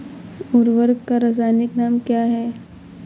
उर्वरक का रासायनिक नाम क्या है?